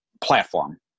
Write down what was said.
platform